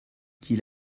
qu’il